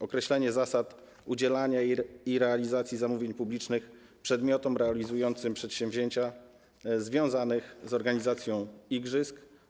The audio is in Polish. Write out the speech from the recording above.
Określenie zasad udzielania i realizacji zamówień publicznych przedmiotom realizującym przedsięwzięcia związane z organizacją igrzysk.